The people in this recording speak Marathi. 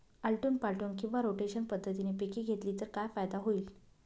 आलटून पालटून किंवा रोटेशन पद्धतीने पिके घेतली तर काय फायदा होईल?